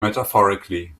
metaphorically